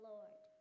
Lord